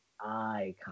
icon